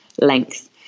length